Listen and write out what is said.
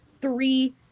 three